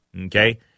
okay